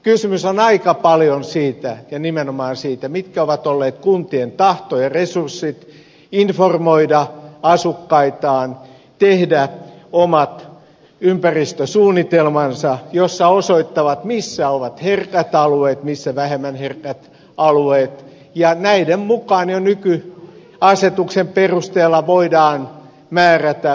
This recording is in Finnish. kysymys on aika paljon siitä ja nimenomaan siitä mitkä ovat olleet kuntien tahto ja resurssit informoida asukkaitaan tehdä omat ympäristösuunnitelmansa jossa osoittavat missä ovat herkät alueet missä vähemmän herkät alueet ja näiden mukaan jo nykyasetuksen perusteella voidaan määrätä puhdistustasot